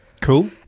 Cool